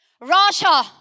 Russia